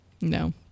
No